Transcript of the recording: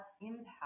impact